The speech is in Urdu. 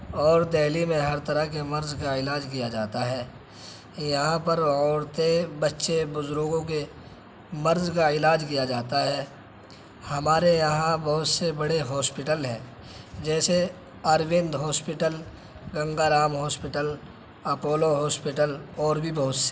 اور دہلی میں ہر طرح کے مرض کا علاج کیا جاتا ہے یہاں پر عورتیں بچے بزرگوں کے مرض کا علاج کیا جاتا ہے ہمارے یہاں بہت سے بڑے ہاسپیٹل ہیں جیسے Arvind hospital Ganga Ram hospital Apollo hospital اور بھی بہت سے